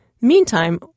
Meantime